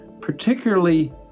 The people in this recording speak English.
particularly